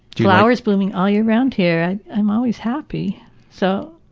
flowers blooming all year round here. i'm always happy so.